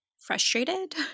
frustrated